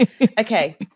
okay